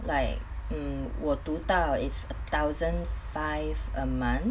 like hmm 我读到 is a thousand five a month